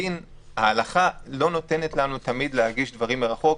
ההלכה לא נותנת לנו תמיד להגיש דברים מרחוק.